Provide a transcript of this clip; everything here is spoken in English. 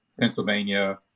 Pennsylvania